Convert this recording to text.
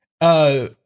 Uh-